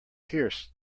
pierced